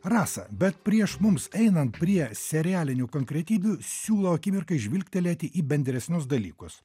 rasa bet prieš mums einant prie serialinių konkretybių siūlo akimirkai žvilgtelėti į bendresnius dalykus